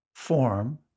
form